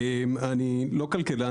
אני לא כלכלן,